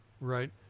right